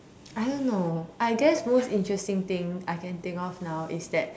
I don't know I guess most interesting thing I can think of now is that